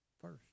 first